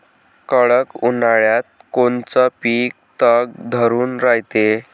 कडक उन्हाळ्यात कोनचं पिकं तग धरून रायते?